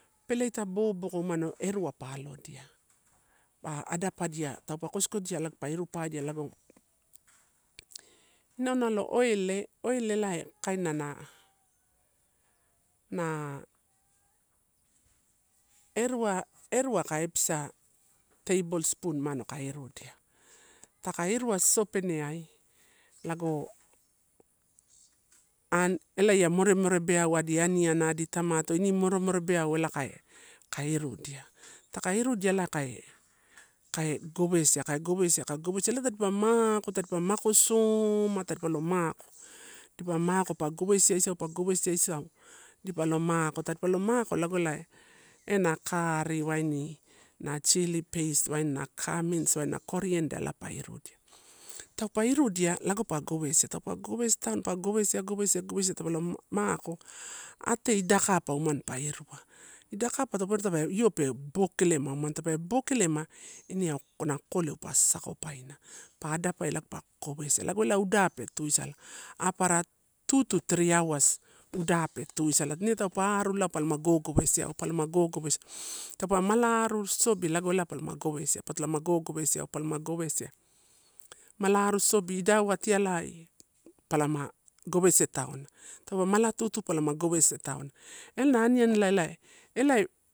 Peleita, boboko umano enia pa allodia, pa adapadia, taupe kosi kosia lago pa inu paeedia. Ianu nalo oiel, oiel ela kaina na, na na erua aka episa table spoon umano kai irudia. Taka irua sosopeneai lago an, elaeamore more beau adi aniana adi tamato ini moremore beau elai kai kai irudia. Taka irudia ela kai, kai gowesia, kai gowesia, kai gowesia, ela tadipa mako, tadipa makosoma tadipa lo mmako, dipa mako, ka gowesia kau, gowesia isau dipalo mako. Tadipalo mako lago ela, ena carri waini na chilli peis waini na gamins waini na coriander pa irudia. Taup irudia lago pa gowesia, pa gowesia tauna, pa gowesia gowesia, gowesia, tape io mako, ate idai capa umano pa irua. Daka taupe tape uo pe bobokeleema umano, tape bobokeleema in eau kokoleu pa sakopaina. Pa adapaia lago pa gowesia lago ela udape tuisala, apara two to three hours uda pee tuisala. Ine taupe arulalao palama gogowesia eu, palama gogowesiaeu, taupe mala aru sosobi lago ela palama gogowesiaeu, patolama gogowesiaeu, palama gowesia. Mala aru asosobi idai hour tialai palama gowese tauna, taupe mala tutu palama gowese tauna. Elna aniani ela, elai elai.